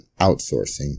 outsourcing